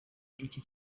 iki